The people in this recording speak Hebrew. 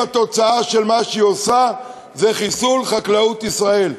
אם התוצאה של מה שהיא עושה זה חיסול חקלאות ישראל.